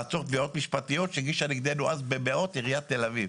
לעצור תביעות משפטיות שהגישה נגדנו אז במאות עירית תל אביב.